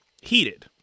heated